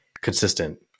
consistent